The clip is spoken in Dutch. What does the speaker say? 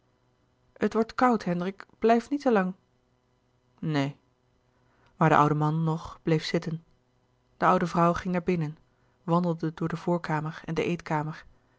het wordt koud hendrik blijf niet te lang neen maar de oude man nog bleef zitten de oude vrouw ging naar binnen wandelde door de voorkamer en de eetkamer